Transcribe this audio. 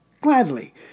Gladly